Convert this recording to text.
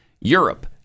Europe